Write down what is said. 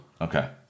okay